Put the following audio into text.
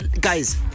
guys